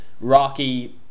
Rocky